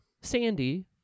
sandy